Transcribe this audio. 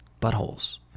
buttholes